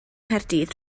nghaerdydd